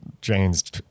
Jane's